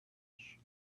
edge